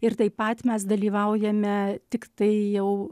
ir taip pat mes dalyvaujame tiktai jau